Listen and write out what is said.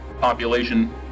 population